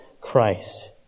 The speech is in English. Christ